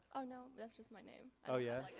oh, no that's just my name. oh yeah?